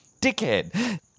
Dickhead